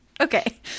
okay